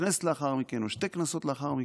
בכנסת לאחר מכן או שתי כנסות לאחר מכן.